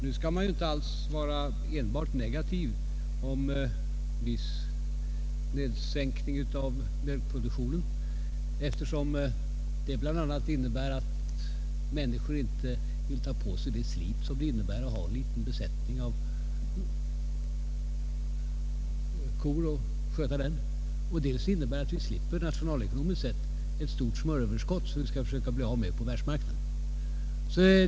Nu skall man inte vara enbart negativ till en viss sänkning av mjölkproduktionen, eftersom den betyder dels att människor inte tar på sig det slit som det innebär att sköta en liten besättning av kor, dels att vi nationalekonomiskt sett slipper ett stort smöröverskott, som vi måste försöka bli av med på världsmarknaden.